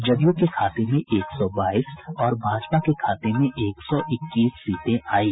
जदयू के खाते में एक सौ बाईस और भाजपा के खाते में एक सौ इक्कीस सीटें आयी